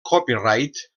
copyright